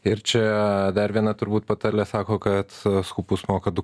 ir čia dar viena turbūt patarlė sako kad skupus moka du